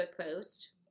post